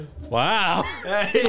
Wow